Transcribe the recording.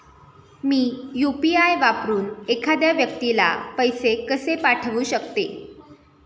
मी UPI वापरून एखाद्या व्यक्तीला पैसे कसे पाठवू शकते?